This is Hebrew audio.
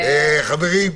חברים,